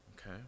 okay